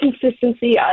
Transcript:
consistency